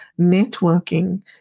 networking